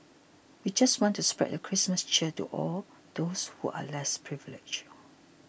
we just want to spread the Christmas cheer to all those who are less privileged